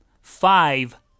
five